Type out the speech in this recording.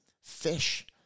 Fish